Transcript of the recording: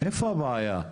איפה הבעיה?